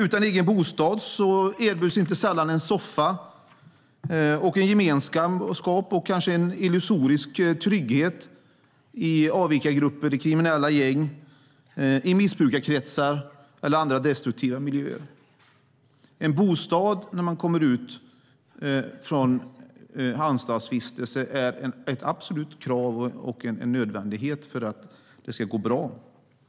Utan egen bostad erbjuds inte sällan en soffa, en gemenskap och en kanske illusorisk trygghet i avvikargrupper, i kriminella gäng, i missbrukarkretsar eller i andra destruktiva miljöer. När man kommer ut från en anstaltsvistelse är en egen bostad ett absolut krav och en nödvändighet för att det ska gå bra